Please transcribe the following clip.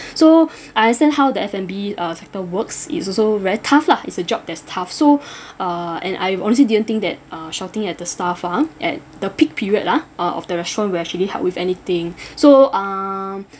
so I understand how the F&B uh sector works it's also very tough lah is a job that's tough so uh and I've honestly didn't think that uh shouting at the staff ah at the peak period lah uh of the restaurant will actually help with anything so um